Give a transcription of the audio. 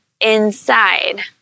inside